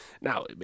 Now